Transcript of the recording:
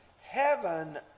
heaven